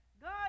God